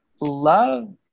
Love